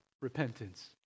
repentance